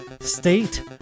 state